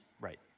Right